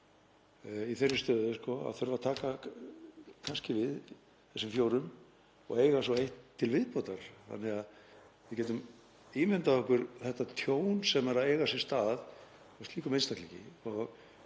í þeirri stöðu að þurfa að taka við þessum fjórum og eiga svo eitt til viðbótar, þannig að við getum ímyndað okkur þetta tjón sem er að eiga sér stað hjá slíkum einstaklingi.